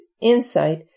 insight